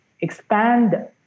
expand